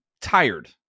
tired